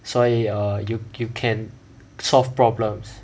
所以 err you you can solve problems